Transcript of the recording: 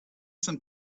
some